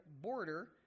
border